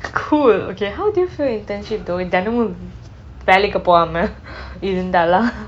cool okay how do you fail internship though தினமும் வேலைக்கு போகாமல்:thinamum velaikku pogamal